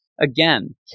again